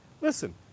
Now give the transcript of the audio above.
listen